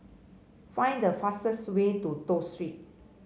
find the fastest way to Toh Street